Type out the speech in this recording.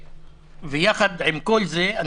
יחד עם כל זה,